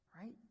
right